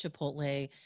Chipotle